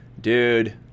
dude